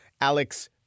Alex